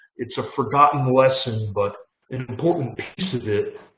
it's a forgotten lesson, but an important piece of it.